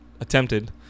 attempted